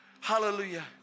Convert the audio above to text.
Hallelujah